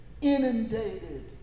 inundated